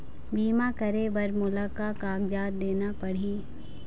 बीमा करे बर मोला का कागजात देना पड़ही?